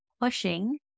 pushing